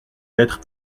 lettres